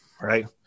right